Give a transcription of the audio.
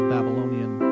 Babylonian